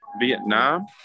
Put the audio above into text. vietnam